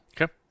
Okay